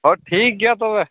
ᱦᱚᱸ ᱴᱷᱤᱠ ᱦᱮᱭᱟ ᱛᱚᱵᱮ